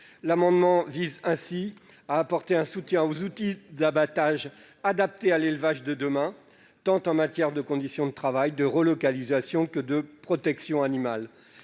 L'amendement vise ainsi à apporter un soutien aux outils d'abattage adaptés à l'élevage de demain, que ce soit pour les conditions de travail, de relocalisation ou pour la protection animale.